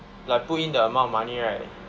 like put in the amount of money right